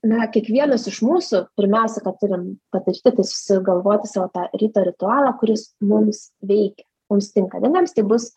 na kiekvienas iš mūsų pirmiausia ką turim padaryti tai susigalvoti savo tą ryto ritualą kuris mums veikia mums tinka vieniems tai bus